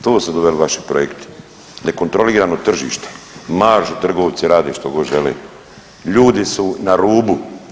To se doveli vaši projekti, nekontrolirano tržište, maržu trgovci rade što god žele, ljudi su na rubu.